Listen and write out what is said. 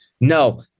No